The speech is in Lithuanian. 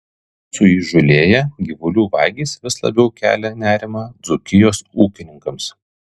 suįžūlėję gyvulių vagys vis labiau kelia nerimą dzūkijos ūkininkams